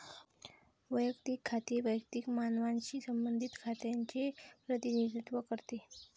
वैयक्तिक खाते वैयक्तिक मानवांशी संबंधित खात्यांचे प्रतिनिधित्व करते